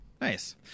Nice